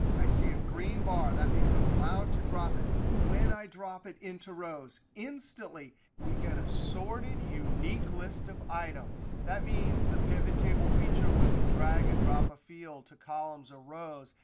i see a green bar. that means i'm allowed to drop it. when i drop it into rows, instantly we get a sorted unique list of items. that means the pivottable feature, when we drag and drop a field to columns or rows,